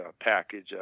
package